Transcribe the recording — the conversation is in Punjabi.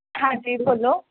ਹਾਂਜੀ ਬੋਲੋ